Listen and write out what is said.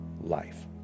life